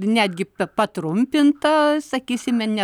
netgi patrumpinta sakysime ne